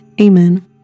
Amen